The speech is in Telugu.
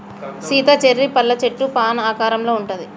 సీత చెర్రీ పళ్ళ సెట్టు ఫాన్ ఆకారంలో ఉంటది